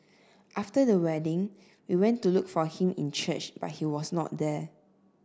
after the wedding we went to look for him in church but he was not there